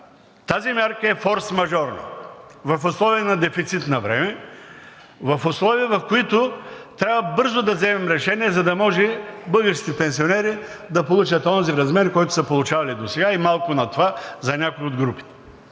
тази мярка е форсмажорна, в условия на дефицит на време, в условия, в които трябва бързо да вземем решение, за да може българските пенсионери да получат онзи размер, който са получавали досега, и малко над това за някои от групите.